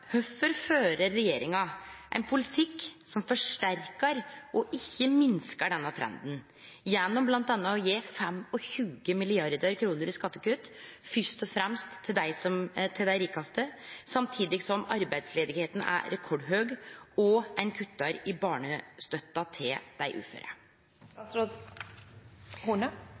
Hvorfor fører regjeringen en politikk som forsterker og ikke minsker denne trenden, ved blant annet å gi 25 mrd. kr i skattekutt først og fremst til de rikeste, samtidig som arbeidsløsheten er rekordhøy og man kutter i barnestøtten til de